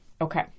Okay